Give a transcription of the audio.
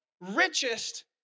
richest